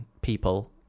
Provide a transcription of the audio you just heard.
people